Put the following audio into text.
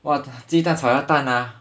!wah! 鸡蛋炒鸭蛋 ah